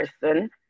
person